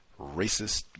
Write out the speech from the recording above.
racist